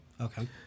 okay